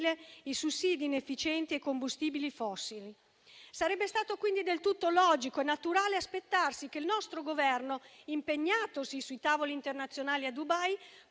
i sussidi inefficienti e i combustibili fossili. Sarebbe stato quindi del tutto logico e naturale aspettarsi che il nostro Governo, impegnatosi sui tavoli internazionali a Dubai,